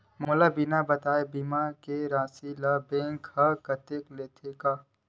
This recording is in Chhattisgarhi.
मोला बिना बताय का बीमा के राशि ला बैंक हा कत लेते का?